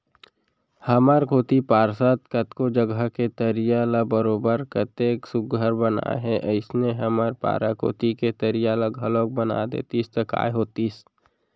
हमर कोती पार्षद कतको जघा के तरिया ल बरोबर कतेक सुग्घर बनाए हे अइसने हमर पारा कोती के तरिया ल घलौक बना देतिस त काय होतिस